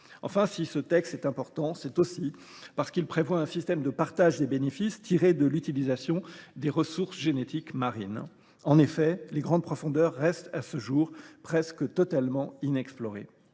Enfin, si ce texte est important, c’est aussi parce qu’il prévoit un système de partage des bénéfices tirés de l’utilisation des ressources génétiques marines. Les grandes profondeurs restent à ce jour presque totalement inexplorées,